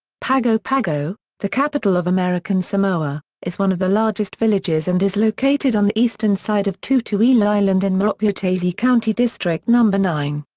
pago pago the capital of american samoa is one of the largest villages and is located on the eastern side of tutuila island in ma'oputasi county district nine.